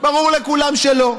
ברור לכולם שלא.